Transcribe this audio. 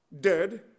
dead